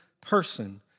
person